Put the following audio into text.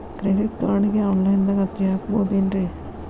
Credit ಕಾರ್ಡ್ಗೆ online ದಾಗ ಅರ್ಜಿ ಹಾಕ್ಬಹುದೇನ್ರಿ?